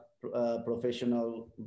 professional